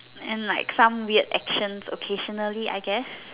and like some weird actions occasionally I guess